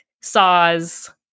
saws